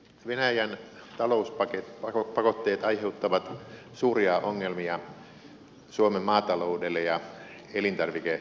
venäjän talouspakotteet aiheuttavat suuria ongelmia suomen maataloudelle ja elintarviketuotannolle